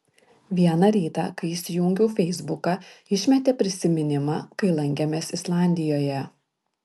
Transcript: vieną rytą kai įsijungiau feisbuką išmetė prisiminimą kai lankėmės islandijoje